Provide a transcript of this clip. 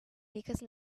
because